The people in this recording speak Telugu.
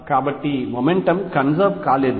కాబట్టి మొమెంటమ్ కన్సర్వ్ కాలేదు